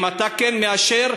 אם אתה כן מאשר,